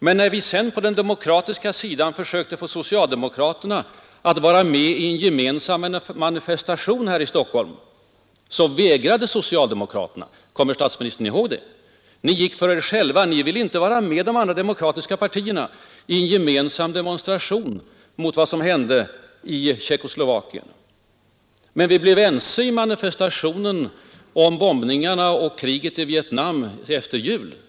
Men när vi sedan på den demokratiska borgerliga sidan försökte få socialdemokraterna att delta i en gemensam manifestation här i Stockholm, vägrade socialdemokraterna detta. Kommer statsministern ihåg det? Ni gick för er själva och ville inte delta med de andra demokratiska partierna i en gemensam demonstration mot vad som hände i Tjeckoslovakien. Vi blev ense om manifestationen när det gällde bombningarna och kriget i Vietnam efter jul.